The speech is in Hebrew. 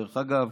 דרך אגב,